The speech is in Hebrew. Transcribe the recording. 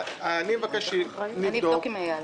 אני אבדוק עם אייל.